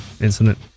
incident